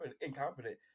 incompetent